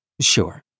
Sure